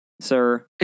sir